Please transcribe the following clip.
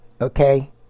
okay